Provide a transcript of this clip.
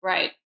Right